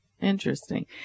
Interesting